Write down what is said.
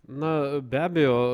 na be abejo